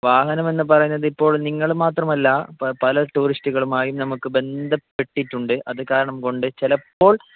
വാഹനമെന്ന് പറയുന്നത് ഇപ്പോൾ നിങ്ങൾ മാത്രമല്ല പല ടൂറിസ്റ്റുകളുമായി നമുക്ക് ബന്ധപ്പെട്ടിട്ടുണ്ട് അത് കാരണം കൊണ്ട് ചിലപ്പോൾ